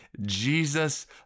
Jesus